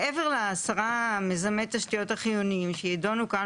מעבר ל-10 מיזמי תשתיות חיוניים שידונו כאן